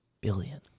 Billion